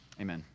amen